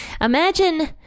Imagine